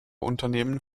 unternehmen